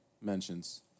mentions